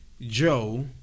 Joe